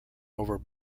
over